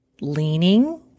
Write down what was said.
leaning